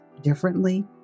differently